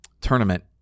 tournament